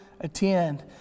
attend